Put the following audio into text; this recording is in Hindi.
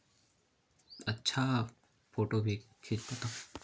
अच्छा फ़ोटो भी खींच लेता हूँ